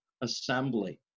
assembly